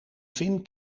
finn